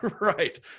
Right